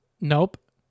Nope